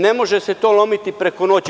Ne može se to lomiti preko noći.